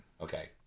Okay